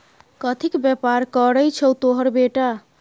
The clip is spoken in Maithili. कथीक बेपार करय छौ तोहर बेटा?